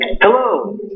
Hello